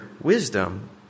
wisdom